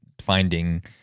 finding